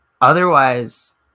Otherwise